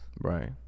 Right